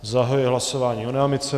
Zahajuji hlasování o námitce.